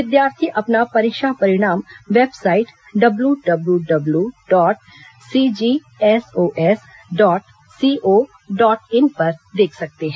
विद्यार्थी अपना परीक्षा परिणाम website W W W dot CGSOS dot C O dot in पर देख सकते हैं